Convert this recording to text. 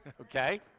okay